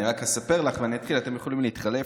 אני רק אספר לך ואני אתחיל, אתם יכולים להתחלף,